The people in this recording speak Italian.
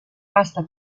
vasta